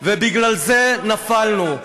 ובגלל זה נפלנו.